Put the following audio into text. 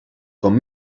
com